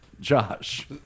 Josh